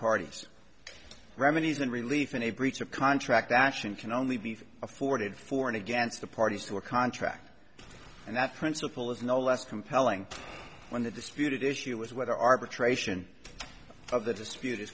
parties remedies and relief in a breach of contract action can only be afforded for and against the parties to a contract and that principle is no less compelling when the disputed issue is what arbitration of the dispute